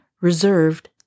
reserved